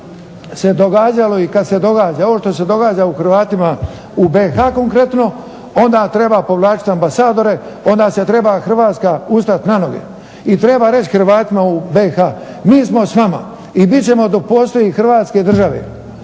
se događalo i kad se događa ovo što se događa Hrvatima u BiH konkretno onda treba povlačiti ambasadore, onda se treba Hrvatska ustati na noge i treba reći Hrvatima u BiH mi smo s vama i bit ćemo dok postoji Hrvatske države.